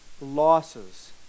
losses